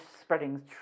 spreading